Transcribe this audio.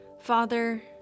Father